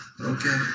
Okay